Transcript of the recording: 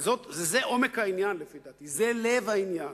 וזה עומק העניין, לפי דעתי, זה לב העניין.